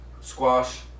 squash